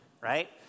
right